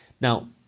Now